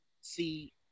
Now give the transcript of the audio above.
see